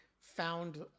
found